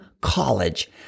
college